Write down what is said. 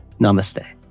Namaste